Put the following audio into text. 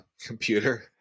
computer